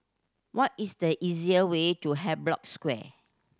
what is the easiest way to Havelock Square